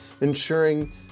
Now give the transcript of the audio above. ensuring